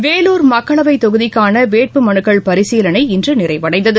வேலூர் மக்களவைத் தொகுதிக்கான வேட்புமனுக்களின் பரிசீலனை இன்று நிறைவடைந்தது